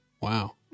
Wow